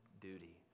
duty